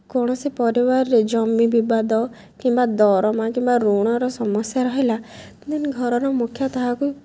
କୌଣସି ପରିବାରରେ ଜମି ବିବାଦ କିମ୍ବା ଦରମା କିମ୍ବା ଋଣର ସମସ୍ୟା ରହିଲା ଦେନ୍ ଘରର ମୁଖ୍ୟ ତାହାକୁ